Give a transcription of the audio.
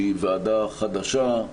שהיא ועדה חדשה,